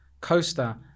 Coaster